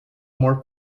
more